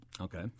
Okay